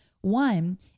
One